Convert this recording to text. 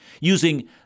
using